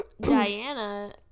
Diana